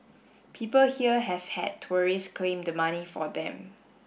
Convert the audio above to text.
people here have had tourists claim the money for them